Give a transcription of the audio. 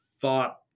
thought